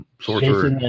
sorcerer